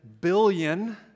billion